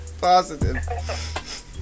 positive